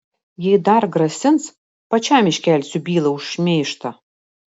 jei dar grasins pačiam iškelsiu bylą už šmeižtą